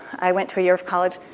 i went to a year of college.